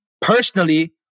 personally